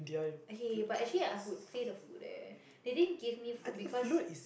okay but actually I would play the flute leh they didn't give me flute because